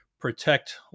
protect